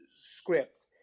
script